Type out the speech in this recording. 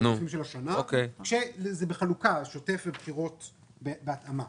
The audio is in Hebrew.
לעודפים של השנה כשזה בחלוקה שוטף ובחירות בהתאמה.